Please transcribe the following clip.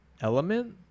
Element